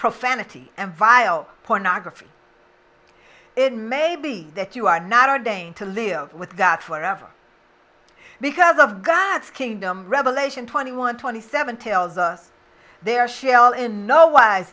profanity and vile pornography it may be that you are not ordained to live with that forever because of god's kingdom revelation twenty one twenty seven tells us there shell in no wise